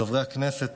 חברי הכנסת,